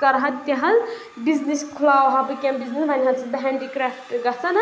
کَرٕ ہا تہِ حظ بِزنٮ۪س کھُلاوٕ ہا بہٕ کینٛہہ بِزنٮ۪س وۄنۍ حظ چھَس بہٕ ہینٛڈی کرٛافٹ گژھان